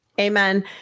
Amen